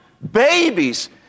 babies